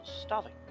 starving